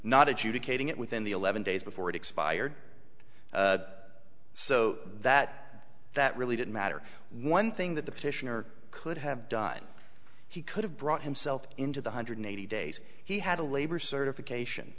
it within the eleven days before it expired so that that really didn't matter one thing that the petitioner could have done he could have brought himself into the hundred eighty days he had a labor certification